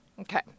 okay